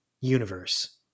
universe